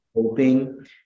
hoping